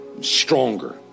stronger